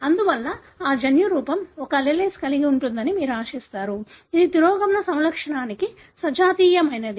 అందువల్ల ఆ జన్యురూపం ఒక alleles కలిగి ఉంటుందని మీరు ఆశిస్తారు ఇది తిరోగమన సమలక్షణానికి సజాతీయమైనది